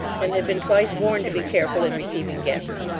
and had been twice warned to be careful in receiving guests.